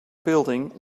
building